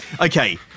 Okay